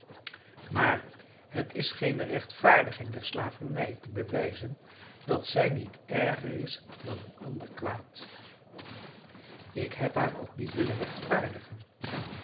maar het is geene rechtvaardiging der slavernij te bewijzen dat zij niet erger is dan een ander kwaad ik heb haar ook niet willen rechtvaardigen